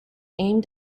aimed